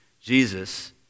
Jesus